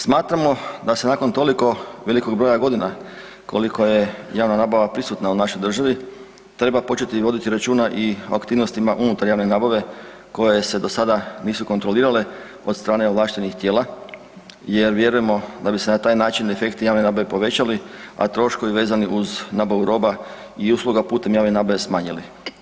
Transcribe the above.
Smatramo da se nakon toliko velikog broja godina koliko je javna nabava prisutna u našoj državi treba početi voditi računa i o aktivnosti unutar javne nabave koje se do sada nisu kontrolirale od strane ovlaštenih tijela jer vjerujemo da bi se na taj način efekti javne nabave povećali, a troškovi vezani uz nabavu roba i usluga putem javne nabave smanjili.